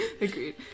agreed